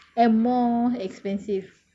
and more expensive